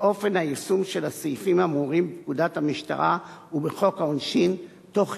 אופן היישום של הסעיפים האמורים בפקודת המשטרה ובחוק העונשין תוך